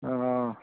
ହଁ